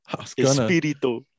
Espirito